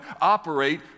operate